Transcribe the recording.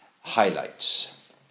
highlights